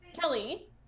Kelly